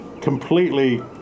completely